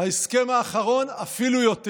ההסכם האחרון אפילו יותר.